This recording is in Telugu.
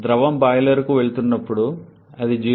ద్రవం బాయిలర్కు వెళుతున్నప్పుడు అది 0